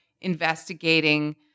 investigating